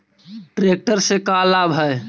Tractor से का लाभ है?